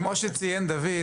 כמו שציין דוד,